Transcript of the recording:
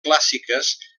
clàssiques